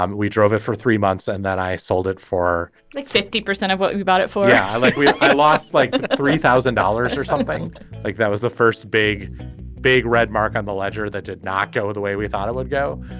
um we drove it for three months and that i sold it for like fifty percent of what you bought it for yeah i like we lost like three thousand dollars or something like that was the first big big red mark on the ledger that did not go the way we thought it would go